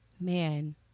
Man